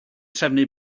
trefnu